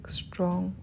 strong